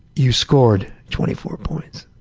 you scored twenty four points.